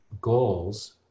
goals